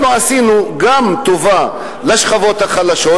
אנחנו עשינו גם טובה לשכבות החלשות,